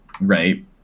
right